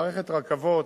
מערכת רכבות,